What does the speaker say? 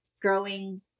growing